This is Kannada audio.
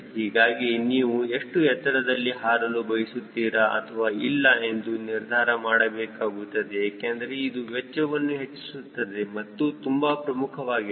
ಹೀಗಾಗಿ ನೀವು ಎಷ್ಟು ಎತ್ತರದಲ್ಲಿ ಹಾರಲು ಬಯಸುತ್ತೀರಾ ಅಥವಾ ಇಲ್ಲ ಎಂದು ನಿರ್ಧಾರ ಮಾಡಬೇಕಾಗುತ್ತದೆ ಏಕೆಂದರೆ ಇದು ವೆಚ್ಚವನ್ನು ಹೆಚ್ಚಿಸುತ್ತದೆ ಇದು ತುಂಬಾ ಪ್ರಮುಖವಾಗಿದೆ